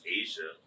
asia